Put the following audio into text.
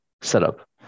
setup